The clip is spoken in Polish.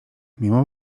mimo